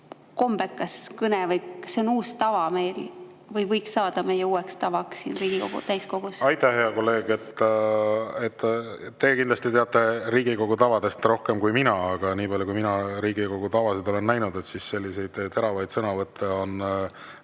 kombekas kõne? On see uus tava või võiks saada meie uueks tavaks siin Riigikogu täiskogus? Aitäh, hea kolleeg! Te kindlasti teate Riigikogu tavadest rohkem kui mina, aga nii palju, kui mina Riigikogu tavasid olen näinud, on selliseid teravaid sõnavõtte